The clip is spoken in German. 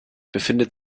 befindet